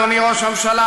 אדוני ראש הממשלה,